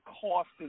cost